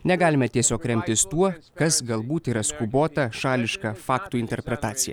negalime tiesiog remtis tuo kas galbūt yra skubota šališka faktų interpretacija